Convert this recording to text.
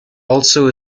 also